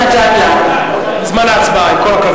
נא לא להפריע בזמן ההצבעה, עם כל הכבוד.